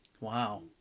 Wow